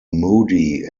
moody